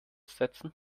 setzen